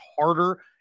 harder